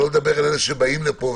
שלא לדבר על אלה שבאים לכאן,